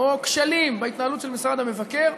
או כשלים בהתנהלות של משרד המבקר,